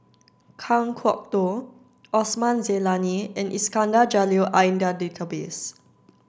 Kan Kwok Toh Osman Zailani and Iskandar Jalil are in the database